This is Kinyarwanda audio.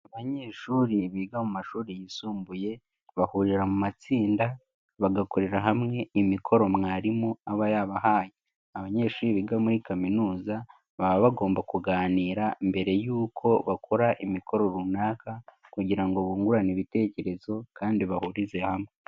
Abanyeshuri biga mu mashuri yisumbuye, bahurira mu matsinda, bagakorera hamwe imikoro mwarimu aba yabahaye, abanyeshuri biga muri kaminuza baba bagomba kuganira, mbere yuko bakora imikoro runaka kugira ngo bungurane ibitekerezo kandi bahurize hamwe.